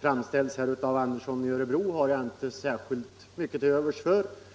framställts av herr Andersson i Örebro.